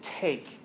take